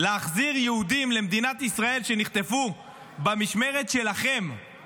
בלהחזיר יהודים שנחטפו במשמרת שלכם למדינת ישראל,